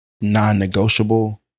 non-negotiable